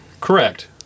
Correct